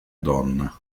donna